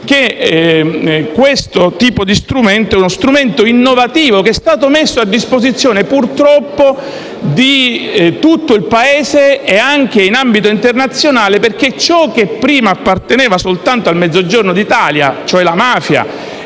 che questo è un tipo di strumento innovativo ed è stato messo a disposizione, purtroppo, di tutto il Paese ed anche in ambito internazionale. Ciò che prima apparteneva soltanto al Mezzogiorno d'Italia, infatti,